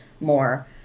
more